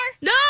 No